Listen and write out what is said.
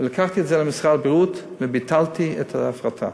לקחתי את זה למשרד הבריאות, וביטלתי את ההפרטה.